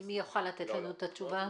מי יוכל לתת לנו את התשובה?